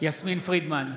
יסמין פרידמן,